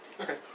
Okay